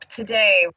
today